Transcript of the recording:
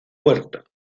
puerto